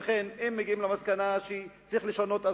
ולכן אם מגיעים למסקנה שצריך לשנות,